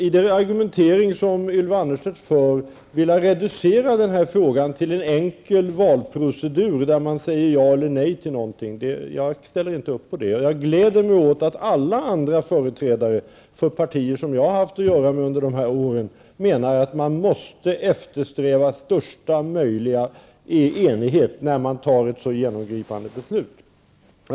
I den argumentering som Ylva Annerstedt för vill hon reducera frågan till en enkel valprocedur där man säger ja eller nej till någonting. Det ställer jag inte upp på. Jag gläder mig åt att alla andra företrädare för partier som jag har haft att göra med i den här frågan tycker att man måste eftersträva största möjliga enighet när man fattar ett så genomgripande beslut som detta.